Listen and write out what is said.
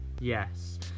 Yes